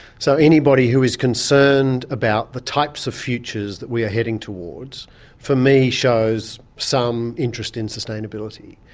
so anybody who is concerned about the types of futures that we are heading towards for me shows some interest in sustainability.